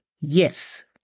Yes